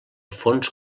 fons